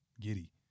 Giddy